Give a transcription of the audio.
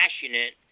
passionate